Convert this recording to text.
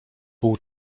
pół